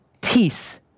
peace